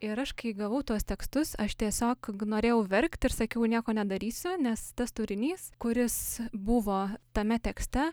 ir aš kai gavau tuos tekstus aš tiesiog norėjau verkti ir sakiau nieko nedarysiu nes tas turinys kuris buvo tame tekste